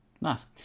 nice